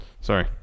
Sorry